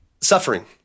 suffering